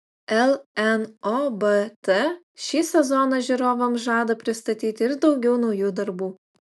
lnobt šį sezoną žiūrovams žada pristatyti ir daugiau naujų darbų